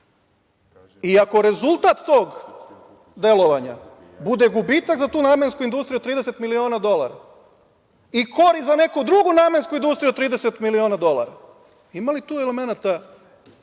i ako rezultat tog delovanja bude gubitak za tu namensku industriju od 30 miliona dolara i korist za neku drugu namensku industriju od 30 miliona dolara, ima li tu elemenata